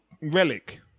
Relic